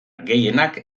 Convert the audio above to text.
gehienak